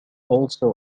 also